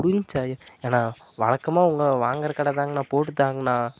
முடிஞ்சா ஏண்ணா வழக்கமாக உங்கள் வாங்குகிற கடைதாங்கண்ணா போட்டு தாங்கண்ணா